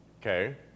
Okay